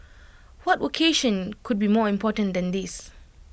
what vocation could be more important than this